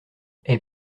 elle